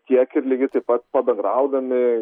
tiek ir lygiai taip pat pabendraudami